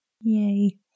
Yay